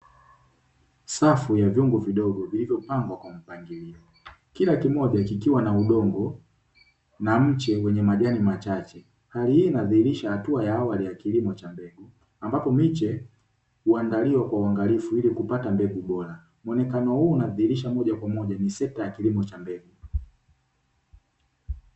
Safu ya vyombo vidogo vilivyopangwa kwa mpangilio kila kimoja kikiwa na udongo na mche wenye majani machache, hali hii inadhihirisha atua ya awali ya kilimo cha mbegu ambapo miche huandaliwa kwa uangalifu ili kupata mbegu bora, mwonekano huu unadhihirisha moja kwa moja ni sekta ya kilimo cha mbegu.